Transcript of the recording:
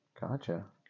Gotcha